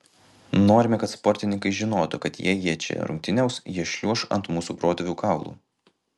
norime kad sportininkai žinotų kad jei jie čia rungtyniaus jie šliuoš ant mūsų protėvių kaulų